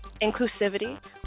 inclusivity